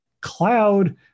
cloud